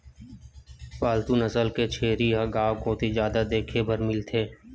पालतू नसल के छेरी ह गांव कोती जादा देखे बर मिलथे